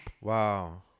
Wow